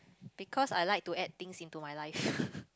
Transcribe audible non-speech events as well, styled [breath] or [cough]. because I like to add things into my life [breath]